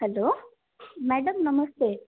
hello madam नमस्ते